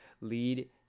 lead